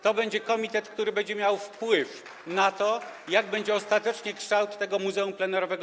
To będzie komitet, który będzie miał wpływ na to, jaki będzie ostateczny kształt tego muzeum plenerowego.